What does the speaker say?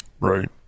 Right